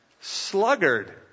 Sluggard